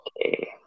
Okay